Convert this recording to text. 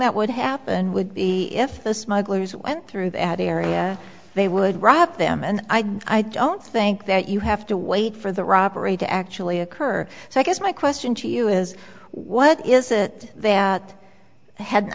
that would happen would be if the smugglers went through that area they would wrap them and i don't think that you have to wait for the robbery to actually occur so i guess my question to you is what is it that had